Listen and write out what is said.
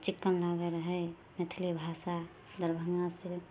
चिक्कन लागै रहै मैथिली भाषा दरभंगा से